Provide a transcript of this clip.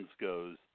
goes